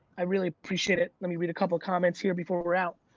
i really appreciate it. let me read a couple of comments here before we're out.